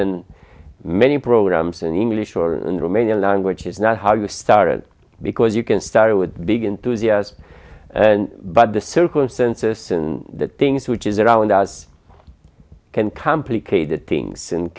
in many programs in english or in romania language is not how you started because you can start with big enthusiasm but the circumstances and the things which is around us can complicated things and